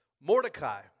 Mordecai